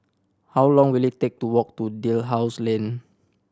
how long will it take to walk to Dalhousie Lane